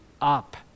up